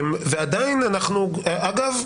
אגב,